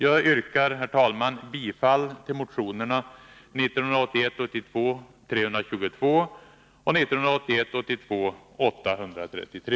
Jag yrkar, herr talman, bifall till motionerna 1981/82:322 och 833.